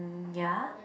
ya